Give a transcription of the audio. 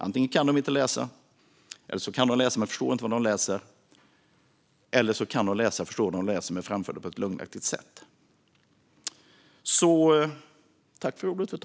Alternativen är alltså att de inte kan läsa, att de kan läsa men inte förstår vad de läser eller att de kan läsa och förstår vad de läser men framställer det på ett lögnaktigt sätt.